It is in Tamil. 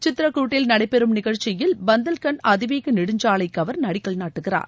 சித்ராகூட்டில் நடைபெறும் நிகழ்ச்சியில் பந்தல்கண்ட் அதிவேக நெடுஞ்சாலைக்கு அவர் அடிக்கல் நாட்டுகிறார்